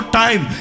time